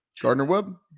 Gardner-Webb